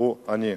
הוא עני.